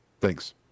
Thanks